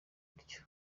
utyo